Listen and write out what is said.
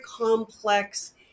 complex